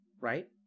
Right